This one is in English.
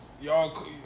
y'all